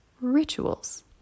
rituals